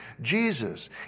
Jesus